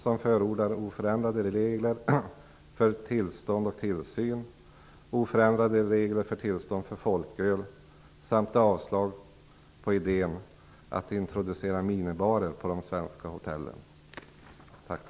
Där förordas oförändrade regler för tillstånds och tillsynsregler, oförändrade regler för tillstånd för folköl samt avslag på förslaget om att minibarer skall introduceras på de svenska hotellen. Tack!